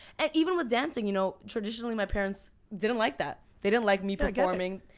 and even with dancing, you know traditionally my parents didn't like that. they didn't like me performing.